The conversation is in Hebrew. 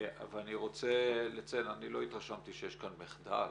אני לא התרשמתי שיש כאן מחדל.